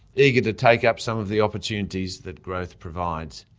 eager to take up some of the opportunities that growth provides.